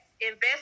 invest